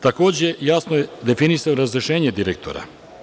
Takođe, jasno je definisano razrešenje direktora.